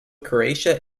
croatia